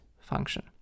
function